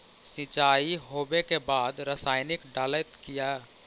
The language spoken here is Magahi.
सीचाई हो बे के बाद रसायनिक डालयत किया?